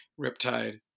Riptide